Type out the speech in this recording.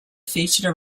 featured